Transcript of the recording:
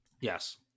Yes